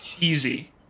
easy